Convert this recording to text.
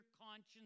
conscience